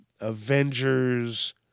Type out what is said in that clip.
Avengers